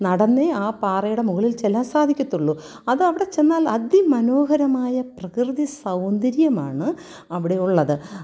നടന്നത് ആ പാറയുടെ മുകളിൽ ചെല്ലാൻ സാധിക്കത്തുള്ളൂ അത് അവിടെ ചെന്നാൽ അതിമനോഹരമായ പ്രകൃതി സൗന്ദര്യമാണ് അവിടെ ഉള്ളത്